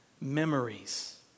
memories